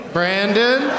Brandon